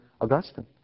Augustine